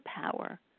power